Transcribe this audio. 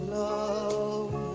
love